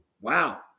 Wow